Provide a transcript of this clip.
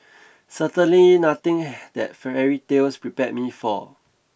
certainly nothing that fairy tales prepared me for